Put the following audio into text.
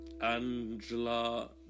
Angela